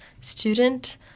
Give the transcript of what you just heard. student